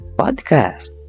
podcast